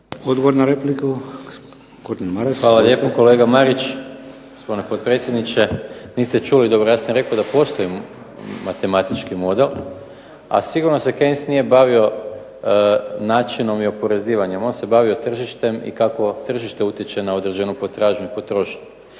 Odgovor na repliku, Gordan Maras. **Maras, Gordan (SDP)** Hvala lijepa gospodine potpredsjedniče. Kolega Marić, niste čuli dobro ja sam rekao da postoji matematički model, a sigurno se Keynes nije bavio načinom i oporezivanjem. On se bavio tržištem i kako tržište utječe na određenu potražnju i potrošnju.